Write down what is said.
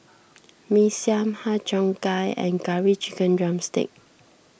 Mee Siam Har Cheong Gai and Curry Chicken Drumstick